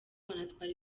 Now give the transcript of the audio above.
banatwara